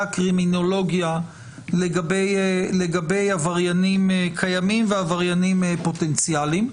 הקרימינולוגיה לגבי עבריינים קיימים ועבריינים פוטנציאליים.